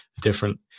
different